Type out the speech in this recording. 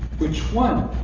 which one?